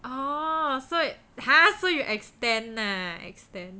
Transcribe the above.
oh so you !huh! so you extend ah extend